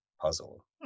puzzle